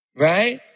Right